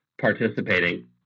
participating